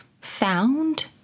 found